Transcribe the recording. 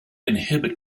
inhabit